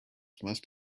must